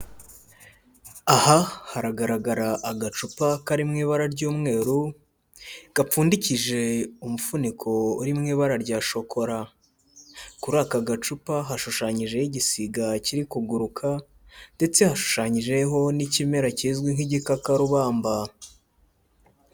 Aha haragaragara agacupa kari mu ibara ry'umweru gapfundikije umufuniko uri mu ibara rya shokora, kuri aka gacupa hashushanyijeho igisiga kiri kuguruka ndetse hashushanyijeho n'ikimera kizwi nk'igikakarubamba.